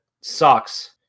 sucks